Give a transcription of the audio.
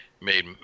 made